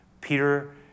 Peter